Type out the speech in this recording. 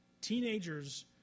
Teenagers